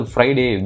Friday